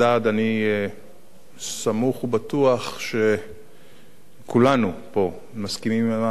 אני סמוך ובטוח שכולנו פה מסכימים עם